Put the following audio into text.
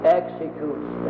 executes